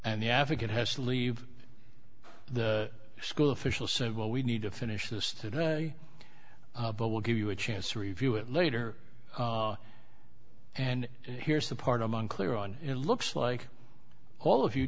and the african has to leave the school official said well we need to finish this today but we'll give you a chance to review it later and here's the part among clear on it looks like all of you